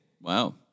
Wow